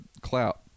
Clout